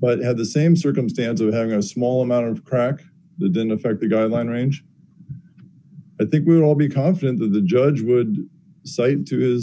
but at the same circumstance of having a small amount of crack the didn't affect the guideline range i think we'll all be confident that the judge would say to his